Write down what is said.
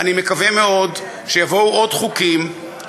אני מקווה מאוד שיבואו עוד חוקים,